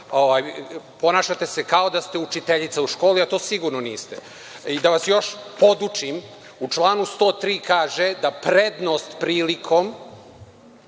Ponašate se kao da ste učiteljica u školi, a to sigurno niste, i da vas još podučim u članu 103. kaže – da prednost prilikom